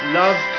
love